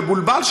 המבולבל,